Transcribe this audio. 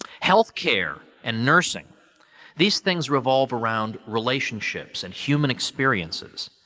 healthcare and nursing these things revolve around relationships and human experiences.